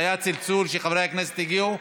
היה צלצול שחברי הכנסת הגיעו?